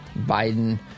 Biden